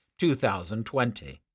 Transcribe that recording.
2020